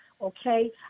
okay